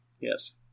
yes